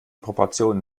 proportionen